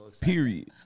Period